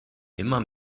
immer